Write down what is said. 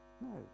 No